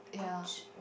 !ouch!